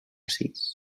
sis